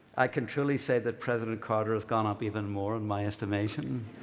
i can truly say that president carter has gone up even more in my estimation.